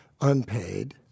unpaid